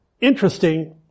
interesting